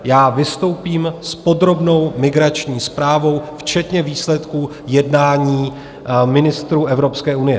Já vystoupím s podrobnou migrační zprávou včetně výsledků jednání ministrů Evropské unie.